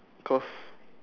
because